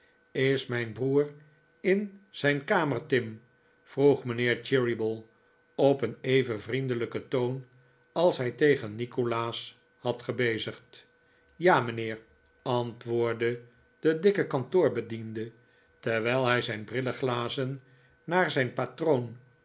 is mijn broer in zijn kamer tim vroeg mijnheer cheeryble op een even vriendelijken toon als hij tegen nikolaas had gebezigd ja mijnheer antwoordde de dikke kantoorbediende terwijl hij zijn brilleglazen naar zijn patroon